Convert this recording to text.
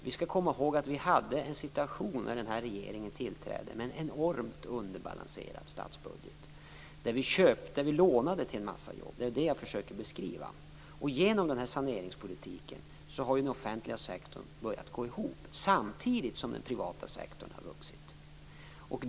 Vi skall komma ihåg att vi då denna regering tillträdde hade en situation med en enormt underbalanserad statsbudget då vi lånade pengar till en massa jobb. Det är det som jag försöker beskriva. Genom denna saneringspolitik har den offentliga sektorn börjat gå ihop samtidigt som den privata sektorn har vuxit.